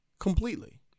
completely